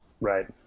Right